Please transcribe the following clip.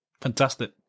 Fantastic